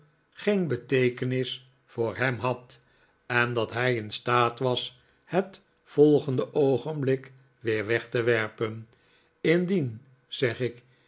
geen beteekenis voor hem had en dat hij in staat was het volgende oogenblik weer weg te werpen indien zeg ik